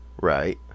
Right